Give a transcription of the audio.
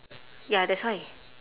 ya that's why